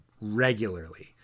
regularly